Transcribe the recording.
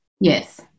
yes